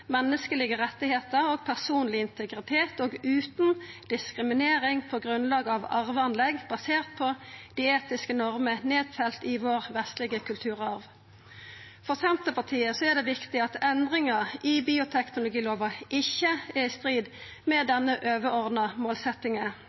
og personleg integritet og utan diskriminering på grunnlag av arveanlegg basert på dei etiske normene som er nedfelte i den vestlege kulturarven vår. For Senterpartiet er det viktig at endringar i bioteknologilova ikkje er i strid med denne overordna